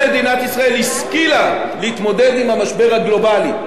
השכילה להתמודד עם המשבר הגלובלי: לא.